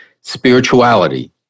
spirituality